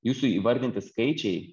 jūsų įvardinti skaičiai